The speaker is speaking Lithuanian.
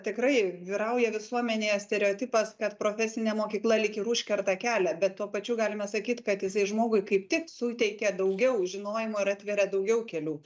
tikrai vyrauja visuomenėje stereotipas kad profesinė mokykla lyg ir užkerta kelią bet tuo pačiu galime sakyt kad jisai žmogui kaip tik suteikia daugiau žinojimo ir atveria daugiau kelių